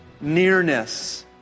nearness